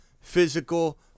physical